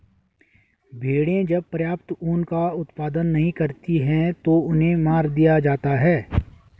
भेड़ें जब पर्याप्त ऊन का उत्पादन नहीं करती हैं तो उन्हें मार दिया जाता है